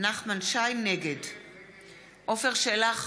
נגד עפר שלח,